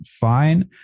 fine